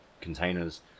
containers